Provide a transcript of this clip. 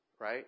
right